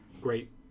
Great